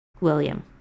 William